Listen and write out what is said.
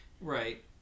Right